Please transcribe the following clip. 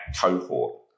cohort